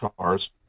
cars